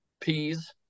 Peas